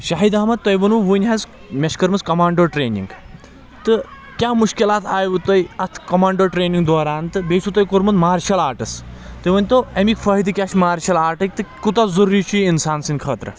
شاہِد احمد تۄہہِ ووٚنوٕ وٕنۍ حظ مےٚ چھِ کٔرمٕژ کَمانٛڈو ٹرٛینِنٛگ تہٕ کیٛاہ مُشکِلات آیوٕ تۄہہِ اتھ کَمانٛڈو ٹرٛینِنٛگ دوران تہٕ بیٚیہِ چھُو تۄہہِ کوٚرمُت مارشَل آٹٕس تُہۍ ؤنتو اَمِکۍ فٲیدٕ کیٛاہ چھِ مارشَل آٹٕکۍ تہٕ کوٗتاہ ضروری چُھ یہِ انسان سٕنٛدۍ خٲطرٕ